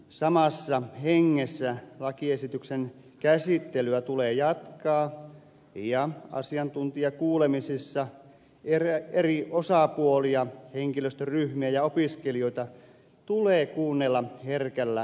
samassa hengessä lakiesityksen käsittelyä tulee jatkaa ja asiantuntijakuulemisissa eri osapuolia henkilöstöryhmiä ja opiskelijoita tulee kuunnella herkällä korvalla